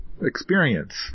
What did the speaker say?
experience